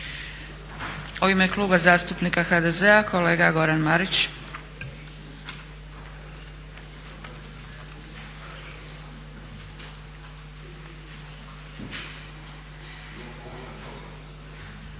U ime Kluba zastupnika HDZ-a kolega Goran Marić.